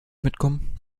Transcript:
mitkommen